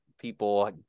people